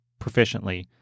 proficiently